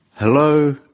Hello